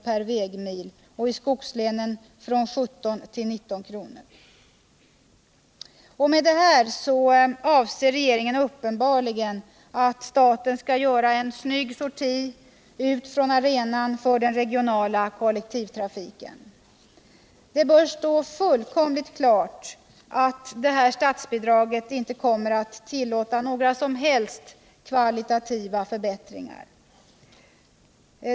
per vägmil, i skogslänen från 17 till 19 kr. Med detta avser regeringen uppenbarligen att staten skall göra en snygg sorti från arenan för den regionala kollektivtrafiken. Det bör stå fullkomligt klart att detta statsbidrag inte kommer att tillåta några som helst kvalitativa förbättringar.